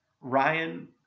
Ryan